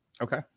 Okay